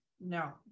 no